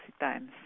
times